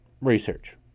research